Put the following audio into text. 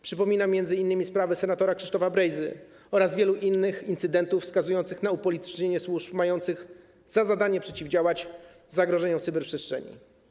Przypominam tu m.in. sprawę senatora Krzysztofa Brejzy oraz wiele innych incydentów wskazujących na upolitycznienie służb mających za zadanie przeciwdziałać zagrożeniom w cyberprzestrzeni.